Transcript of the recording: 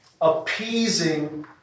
appeasing